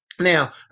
Now